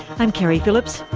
i'm keri phillips.